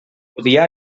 podia